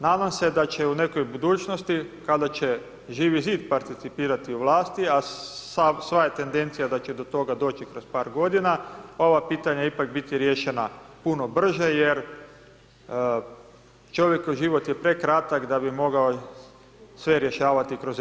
Nadam se da će u nekoj budućnosti kada će Živi zid participirati u vlasti a sva je tendencija da će do toga doći kroz par godina ova pitanja ipak biti riješena puno brže jer čovjekov život je prekratak da bi mogao sve rješavati kroz evoluciju.